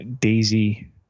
Daisy